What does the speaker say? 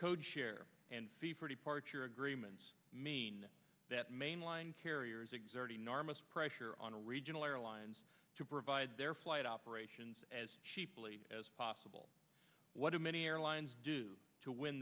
code share parcher agreements mean that mainline carriers exert enormous pressure on a regional airlines to provide their flight operations as cheaply as possible what many airlines do to win